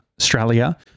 Australia